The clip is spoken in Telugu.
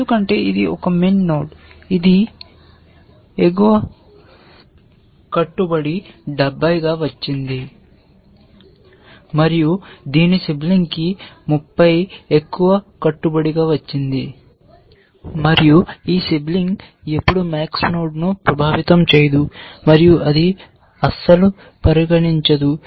ఎందుకంటే ఇది ఒక min నోడ్ ఇది అది ఎగువ వచ్చింది అది విలువ వచ్చింది 70 విలువను పొందింది సిబ్లింగ్ 30 పైభాగాన్ని కలిగి ఉంది మరియు ఈ సిబ్లింగ్ ఎప్పుడూ MAX నోడ్ ప్రభావితం చేయదు మరియు ఇది అస్సలు పరిగణించదు